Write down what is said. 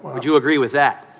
would you agree with that,